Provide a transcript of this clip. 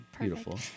Beautiful